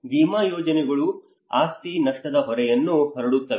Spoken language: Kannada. ವಿಮಾ ಯೋಜನೆಗಳು ಆಸ್ತಿ ನಷ್ಟದ ಹೊರೆಯನ್ನು ಹರಡುತ್ತವೆ